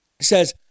says